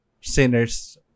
sinners